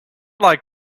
like